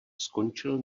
skončil